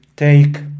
Take